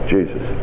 Jesus